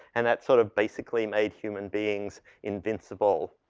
and that sort of basically made human beings invincible.